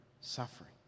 suffering